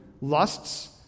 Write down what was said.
lusts